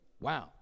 Wow